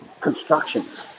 constructions